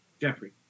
Jeffrey